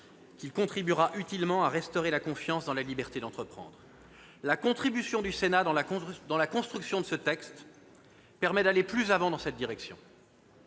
qu'il contribuera utilement à restaurer la confiance dans la liberté d'entreprendre. La contribution du Sénat dans la construction de ce texte permet d'aller plus avant dans cette direction.